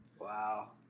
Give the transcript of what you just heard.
Wow